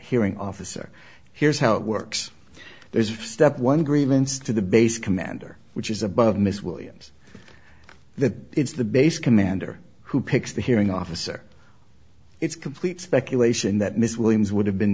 hearing officer here's how it works there is step one grievance to the base commander which is above miss williams the it's the base commander who picks the hearing officer it's complete speculation that miss williams would have been